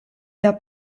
der